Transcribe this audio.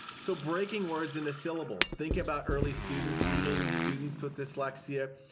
so breaking words in a syllables. think about early students reading, students put dyslexia,